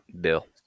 Bill